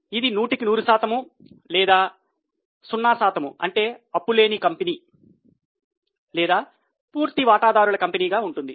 ఇది నూటికి నూరు శాతం లేదా 0 అంటే అప్పులేని కంపెనీ లేదా పూర్తి వాటాదారుల కంపెనీగా ఉంటుంది